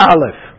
Aleph